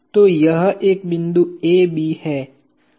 तो यह एक बिंदु A B है